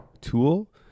tool